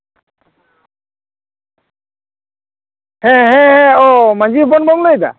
ᱦᱮᱸ ᱦᱮᱸ ᱦᱮᱸ ᱚ ᱢᱟᱹᱡᱽᱦᱤ ᱦᱚᱯᱚᱱᱵᱟᱢ ᱞᱟᱹᱭᱫᱟ